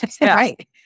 Right